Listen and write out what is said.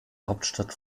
hauptstadt